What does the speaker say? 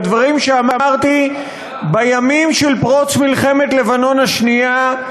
הדברים שאמרתי בימים של פרוץ מלחמת לבנון השנייה.